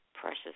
precious